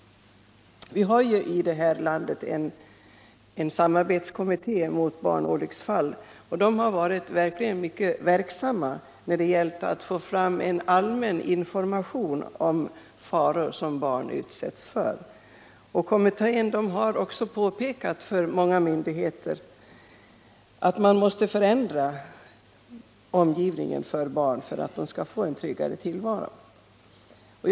Vi har ju i detta land en samarbetskommitté mot barnolycksfall. Den har varit mycket verksam när det gällt att få ut en allmän information om de faror som barn kan utsättas för. Kommittén har också påpekat för olika myndig 17 heter att man måste förändra barns omgivning om man skall kunna åstadkomma en tryggare tillvaro för dem.